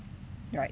right